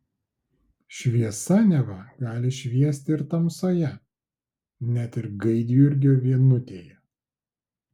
šviesa neva gali šviesti ir tamsoje net ir gaidjurgio vienutėje